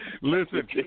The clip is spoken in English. Listen